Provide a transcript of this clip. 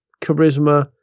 charisma